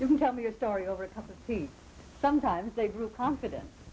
you can tell me your story over a cup of tea sometimes they grew confiden